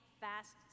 Fast